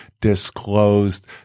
disclosed